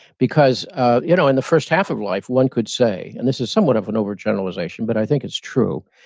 because ah you know in the first half of life one could say, and this is somewhat of an over-generalization, but i think it's true,